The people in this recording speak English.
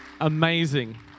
Amazing